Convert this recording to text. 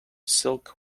silk